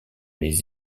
les